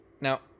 Now